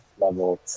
level